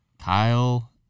Kyle